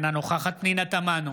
אינה נוכחת פנינה תמנו,